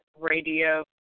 radio